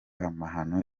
amahano